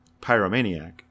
Pyromaniac